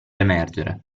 emergere